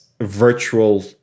virtual